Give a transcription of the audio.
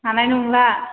हानाय नंला